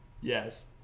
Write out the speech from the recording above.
yes